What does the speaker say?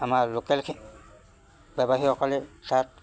আমাৰ লোকেল ব্যৱসায়ীসকলে তাত